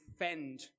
defend